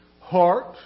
Heart